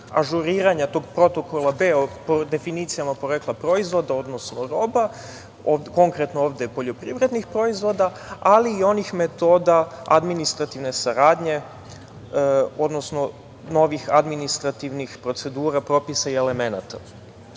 ažuriranja tog Protokola B, o definicijama porekla proizvoda, odnosno roba, konkretno ovde poljoprivrednih proizvoda, ali i onih metoda administrativne saradnje, odnosno novih administrativnih procedura, propisa i elemenata.U